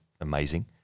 amazing